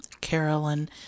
Carolyn